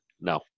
No